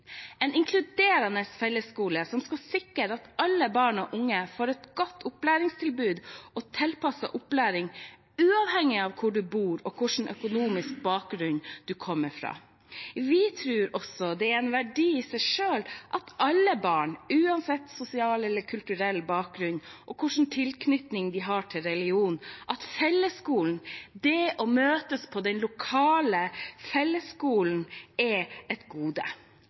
En inkluderende fellesskole skal sikre at alle barn og unge får et godt opplæringstilbud og tilpasset opplæring, uavhengig av hvor en bor og hvilken økonomisk bakgrunn en kommer fra. Vi tror også det er en verdi i seg selv for alle barn, uansett sosial eller kulturell bakgrunn og hvilken tilknytning de har til religion, at fellesskolen, det å møtes på den lokale fellesskolen, er et gode.